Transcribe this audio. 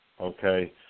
Okay